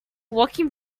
walking